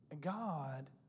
God